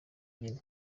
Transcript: kageni